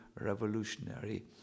revolutionary